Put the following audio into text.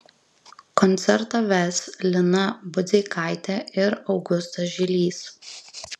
koncertą ves lina budzeikaitė ir augustas žilys